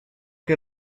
que